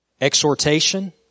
exhortation